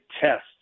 tests